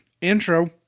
intro